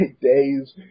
days